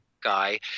guy